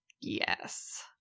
yes